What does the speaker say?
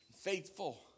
faithful